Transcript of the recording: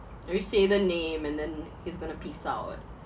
and we say the name and then it's going to peace out